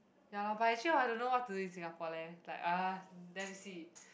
ya lah but actually I don't know what to do in Singapore leh like uh let me see